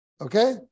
Okay